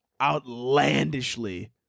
outlandishly